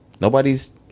nobody's